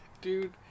dude